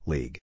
League